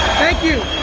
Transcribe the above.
thank you.